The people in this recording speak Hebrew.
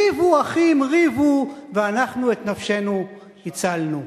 ריבו אחים, ריבו, ואנחנו את נפשנו הצלנו.